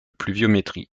pluviométrie